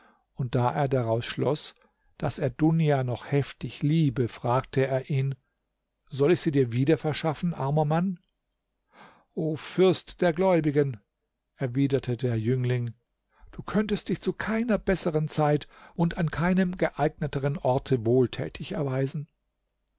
und da er daraus schloß daß er dunja noch heftig liebe fragte er ihn soll ich sie dir wieder verschaffen armer mann o fürst der gläubigen erwiderte der jüngling du könntest dich zu keiner bessern zeit und an keinem geeignetern orte wohltätig erweisen